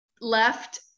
left